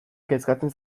kezkatzen